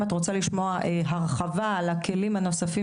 אם את רוצה לשמוע הרחבה על הכלים הנוספים